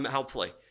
Helpfully